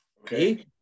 okay